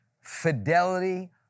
fidelity